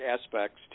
aspects